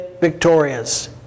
victorious